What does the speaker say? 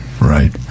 Right